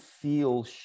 feel